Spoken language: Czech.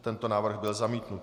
Tento návrh byl zamítnut.